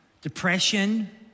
depression